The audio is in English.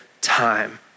time